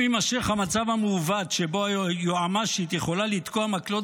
אם יימשך המצב המעוות שבו היועמ"שית יכולה לתקוע מקלות